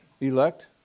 elect